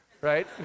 right